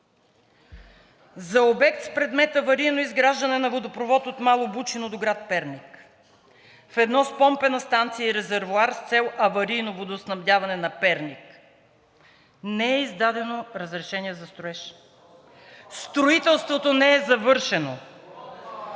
За обект с предмет „Аварийно изграждане на водопровод от Мало Бучино до град Перник ведно с помпена станция и резервоар с цел аварийно водоснабдяване на Перник“ не е издадено разрешение за строеж, строителството не е завършено